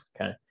Okay